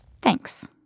Thanks